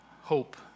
hope